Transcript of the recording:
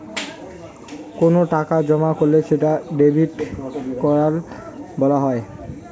কোনো টাকা জমা করলে সেটা ডেবিট করাং বলা হই